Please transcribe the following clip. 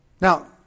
Now